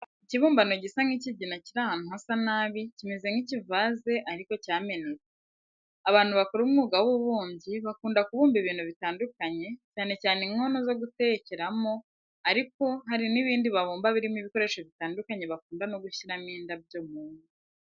Ikibumbano gisa nk'ikigina kiri ahantu hasa nabi, kimeze nk'ikivaze ariko cyamenetse. Abantu bakora umwuga w'ububumbyi bakunda kubumba ibintu bitandukanye, cyane cyane inkono zo gutekeramo ariko hari n'ibindi babumba birimo ibikoresho bitandukanye bakunda no gushyiramo indabyo mu ngo.